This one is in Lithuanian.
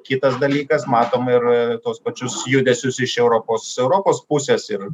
kitas dalykas matom ir tuos pačius judesius iš europos europos pusės ir